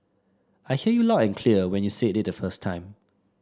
I heard you loud and clear when you said it the first time